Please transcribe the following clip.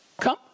Come